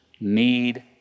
need